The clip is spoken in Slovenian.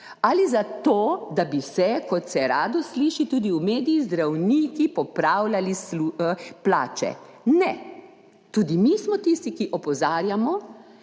ali zato, da bi se, kot se rado sliši tudi v medijih, zdravniki popravljali plače, ne. Tudi mi smo tisti, ki opozarjamo,